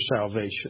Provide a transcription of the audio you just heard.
salvation